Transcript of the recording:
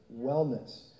Wellness